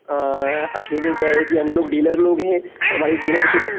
असली में क्या है कि हम लोग डीलर लोग हैं हमारी डीलरशिप है